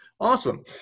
Awesome